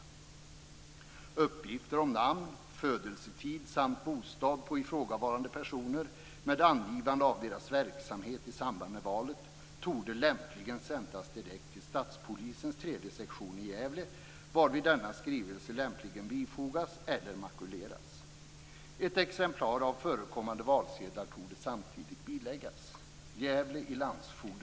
Uppgifter om namn och födelsetid samt bostad på ifrågavarande personer med angivande av deras verksamhet i samband med valet torde lämpligen sändas direkt till Statspolisens 3:e sektion, Gävle, varvid denna skrivelse lämpligen bifogas eller makuleras.